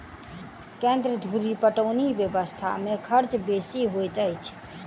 केन्द्र धुरि पटौनी व्यवस्था मे खर्च बेसी होइत अछि